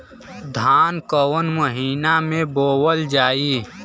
धान कवन महिना में बोवल जाई?